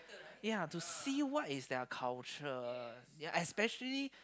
ya to see what is their culture ya especially